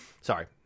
Sorry